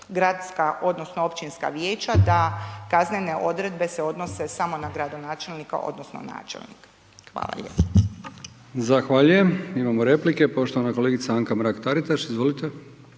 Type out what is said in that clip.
gradska, odnosno općinska vijeća, da kaznene odredbe se odnose samo na gradonačelnika odnosno načelnika. Hvala lijepo. **Brkić, Milijan (HDZ)** Zahvaljujem. Imamo replike, poštovana kolegica Anka Mrak-Taritaš. Izvolite.